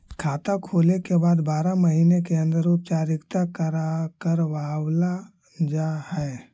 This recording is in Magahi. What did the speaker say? खाता खोले के बाद बारह महिने के अंदर उपचारित करवावल जा है?